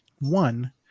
one